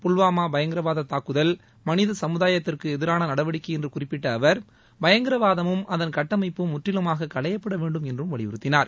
புல்வாமா பயங்கரவாத தாக்குதல் மனித சமுதாயத்திற்கு எதிரான நடவடிக்கை என்று குறிப்பிட்ட அவர் பயங்கரவாதமும் அதன் கட்டமைப்பும் முற்றிலுமாக களையப்பட வேண்டும் என்றும் வலியுறுத்தினார்